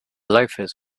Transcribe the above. loafers